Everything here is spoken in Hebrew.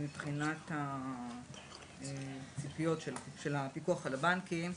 מבחינת הציפיות של הפיקוח על הבנקים,